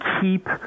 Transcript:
keep